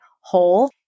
whole